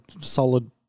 solid